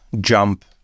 jump